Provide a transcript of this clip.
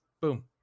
Boom